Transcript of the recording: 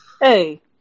Hey